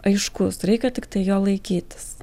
aiškus reikia tiktai jo laikytis